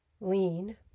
lean